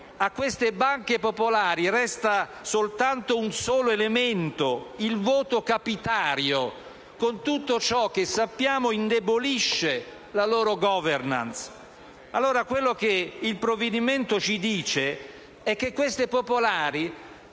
a queste banche popolari resta soltanto un elemento: il voto capitario, con tutto ciò che sappiamo indebolisce la loro *governance*. Quello che il provvedimento ci dice, allora, è che queste banche popolari